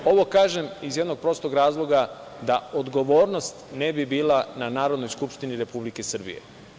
Ovo kažem iz jednog prostog razloga, da odgovornost ne bi bila na Narodnoj skupštini Republike Srbije.